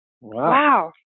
Wow